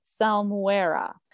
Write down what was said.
salmuera